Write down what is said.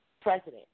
president